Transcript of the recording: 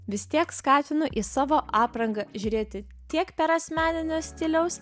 vis tiek skatinu į savo aprangą žiūrėti tiek per asmeninio stiliaus